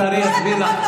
השר יסביר לך,